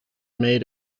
made